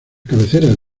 cabeceras